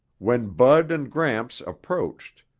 when bud and gramps approached,